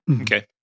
Okay